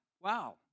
wow